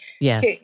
Yes